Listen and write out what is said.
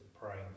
praying